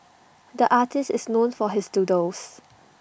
the artist is known for his doodles